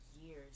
years